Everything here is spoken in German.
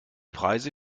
preise